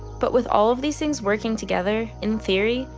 but with all of these things working together, in theory,